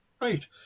Right